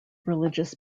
religious